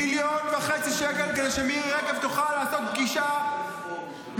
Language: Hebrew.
מיליון וחצי שקל כדי שמירי רגב תוכל לעשות פגישה מחורטטת,